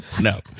No